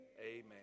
Amen